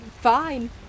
fine